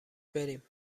بریم